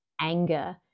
anger